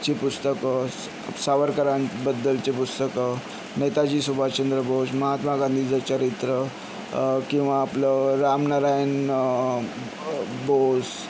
ची पुस्तकं स सावरकरांबद्दलची पुस्तकं नेताजी सुभाषचंद्र बोस महात्मा गांधीचं चरित्र किंवा आपलं राम नारायण बोस